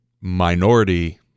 minority